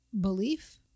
belief